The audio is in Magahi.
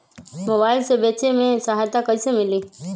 मोबाईल से बेचे में सहायता कईसे मिली?